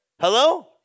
Hello